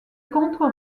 contre